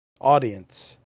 audience